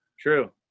True